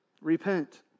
Repent